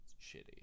shitty